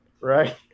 Right